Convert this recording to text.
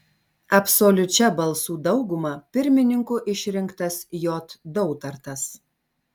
absoliučia balsų dauguma pirmininku išrinktas j dautartas